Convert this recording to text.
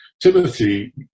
Timothy